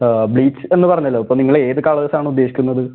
ബ്ലിച്ചെന്ന് പറഞ്ഞല്ലോ ഇപ്പോൾ നിങ്ങളേത് കളേഴ്സാണുദ്ദേശിക്കുന്നത്